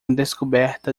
descoberta